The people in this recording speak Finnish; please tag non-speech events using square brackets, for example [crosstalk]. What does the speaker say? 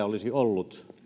[unintelligible] olisi ollut